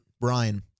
Brian